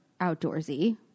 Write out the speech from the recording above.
outdoorsy